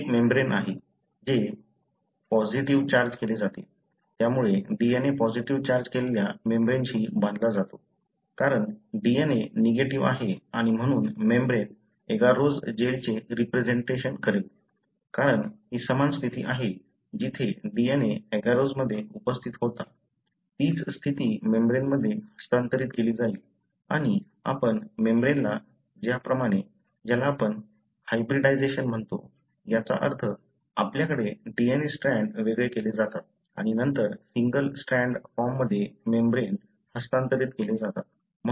हे एक मेम्ब्रेन आहे जे पॉसिटीव्ह चार्ज केले जाते त्यामुळे DNA पॉसिटीव्ह चार्ज केलेल्या मेम्ब्रेनशी बांधला जातो कारण DNA निगेटिव्ह आहे आणि म्हणून मेम्ब्रेन एगरोस जेलचे रिप्रेझेन्ट करेल कारण ती समान स्थिती आहे जिथे DNA एगरोसमध्ये उपस्थित होता तीच स्थितीत मेम्ब्रेनमध्ये हस्तांतरित केली जाईल आणि आपण मेम्ब्रेनला ज्याप्रमाणे ज्याला आपण हायब्रिडायजेशन म्हणतो याचा अर्थ आपल्याकडे DNA स्ट्रँड वेगळे केले जातात आणि नंतर सिंगल स्ट्रँड फॉर्ममध्ये मेम्ब्रेन हस्तांतरित केले जातात